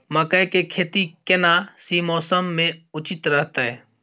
मकई के खेती केना सी मौसम मे उचित रहतय?